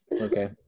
Okay